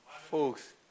Folks